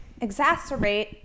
exacerbate